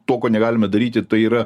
to ko negalime daryti tai yra